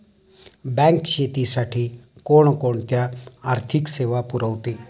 Bank शेतीसाठी कोणकोणत्या आर्थिक सेवा पुरवते?